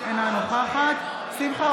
אינה נוכחת שמחה